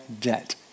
debt